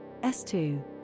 S2